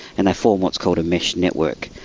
and they form what's called a mesh network.